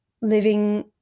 living